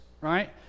right